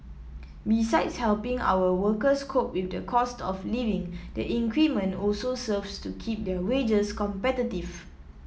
besides helping our workers cope with the cost of living the increment also serves to keep their wages competitive